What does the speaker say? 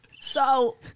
So-